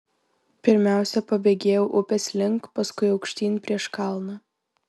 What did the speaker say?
pirmiausia pabėgėjau upės link paskui aukštyn prieš kalną